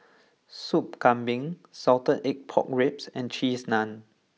Sop Kambing Salted Egg Pork Ribs and Cheese Naan